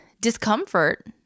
discomfort